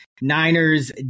Niners